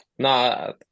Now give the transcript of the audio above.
No